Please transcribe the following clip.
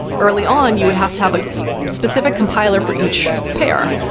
early on, you would have to have a specific compiler for each pair.